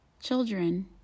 children